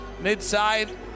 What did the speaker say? Midside